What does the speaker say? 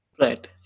Right